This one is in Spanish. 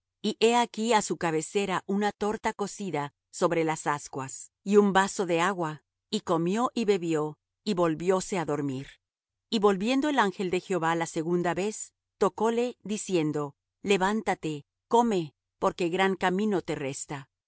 y he aquí á su cabecera una torta cocida sobre las ascuas y un vaso de agua y comió y bebió y volvióse á dormir y volviendo el ángel de jehová la segunda vez tocóle diciendo levántate come porque gran camino te resta